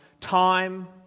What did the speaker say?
time